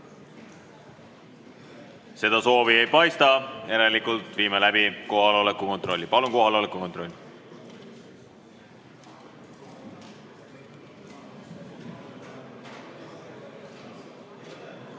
Seda soovi ei paista, järelikult viime läbi kohaloleku kontrolli. Palun kohaloleku kontroll!